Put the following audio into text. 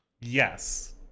Yes